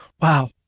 Wow